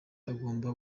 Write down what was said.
agomba